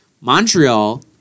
Montreal